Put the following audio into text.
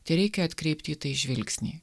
tereikia atkreipti į tai žvilgsnį